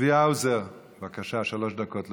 צבי האוזר, בבקשה, שלוש דקות לרשותך.